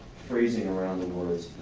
phrasing around the words